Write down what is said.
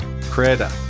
creator